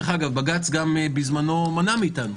דרך אגב, בג"ץ גם בזמנו מנע מאתנו.